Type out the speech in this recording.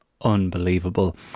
Unbelievable